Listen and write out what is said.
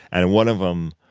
and one of them,